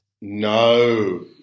No